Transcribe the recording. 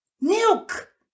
milk